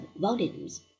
volumes